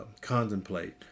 contemplate